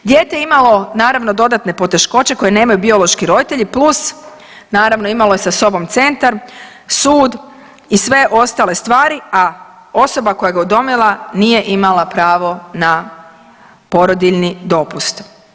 Dijete je imalo, naravno dodatne poteškoće, koje nemaju biološki roditelji, plus naravno imalo je sa sobom Centar, sud i sve ostale stvari, a osoba koja ga je udomila nije imala pravo na porodiljni dopust.